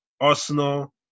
Arsenal